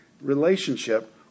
relationship